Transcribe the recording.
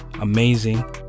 Amazing